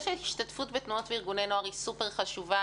אני הראשונה לומר שהשתתפות בתנועות וארגוני נוער היא סופר חשובה.